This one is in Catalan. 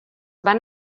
van